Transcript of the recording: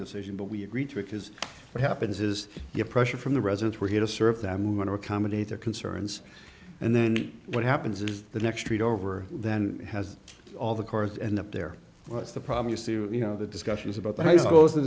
decision but we agreed to it because what happens is you pressure from the residents we're here to serve them going to accommodate their concerns and then what happens is the next treat over then has all the course and up there what's the problem you see you know the discussion is about